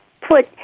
put